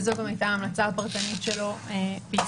זו גם הייתה ההמלצה הפרטנית שלו בישראל.